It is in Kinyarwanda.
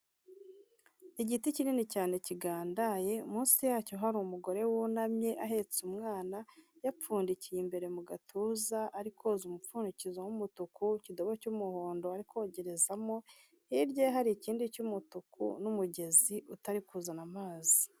Igiti kinini cyane kigandaye, munsi yacyo hari umugore wunamye, ahetse umwana, yapfundikiye imbere mu gatuza, ari koza umupfundikizo w'umutuku, ikidobo cy'umuhondo ari kogerezamo, hirya ye hari ikindi cy'umutuku n'umugezi utari kuzana amazi.